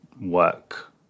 work